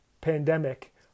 pandemic